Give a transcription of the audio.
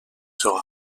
sera